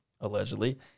allegedly